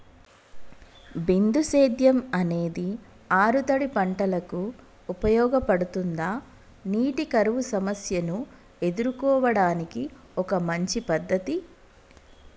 బిందు సేద్యం అనేది ఆరుతడి పంటలకు ఉపయోగపడుతుందా నీటి కరువు సమస్యను ఎదుర్కోవడానికి ఒక మంచి పద్ధతి?